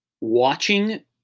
Watching